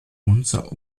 unser